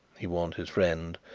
he warned his friend.